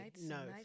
No